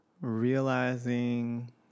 realizing